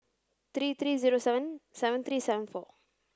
three three zero seven seven three seven four